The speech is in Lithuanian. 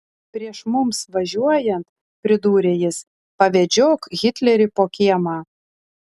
prieš mums važiuojant pridūrė jis pavedžiok hitlerį po kiemą